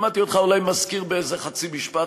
שמעתי אותך אולי מזכיר באיזה חצי משפט,